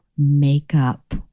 makeup